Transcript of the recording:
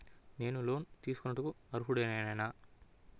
నేను లోన్ తీసుకొనుటకు అర్హుడనేన?